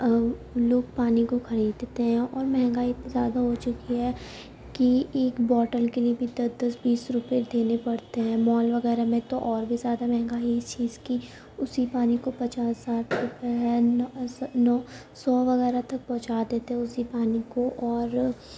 لوگ پانی کو خریدتے ہیں اور مہنگائی اتنی زیادہ ہو چکی ہے کہ ایک باٹل کے بھی دس دس بیس روپئے دینے پڑتے ہیں مال وغیرہ میں تو اور بھی زیادہ مہنگائی ہے اس چیز کی اسی پانی کو پچاس ساٹھ روپئے ہے سو وغیرہ تک پہنچا دیتے ہیں اسی پانی کو اور